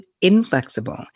inflexible